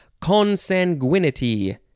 consanguinity